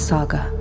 Saga